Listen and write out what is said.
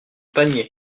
panier